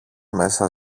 μέσα